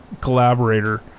collaborator